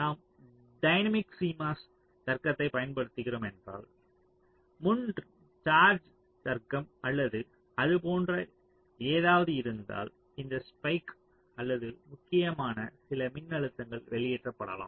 நாம் dynamic CMOS தர்க்கத்தைப் பயன்படுத்துகிறோம் என்றால் முன் சார்ஜ் தர்க்கம் அல்லது அது போன்ற ஏதாவது இருந்தால் இந்த ஸ்பைக் அல்லது முக்கியமான சில மின்னழுத்தங்கள் வெளியேற்றப்படலாம்